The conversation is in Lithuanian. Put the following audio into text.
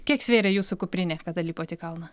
kiek svėrė jūsų kuprinė kada lipot į kalną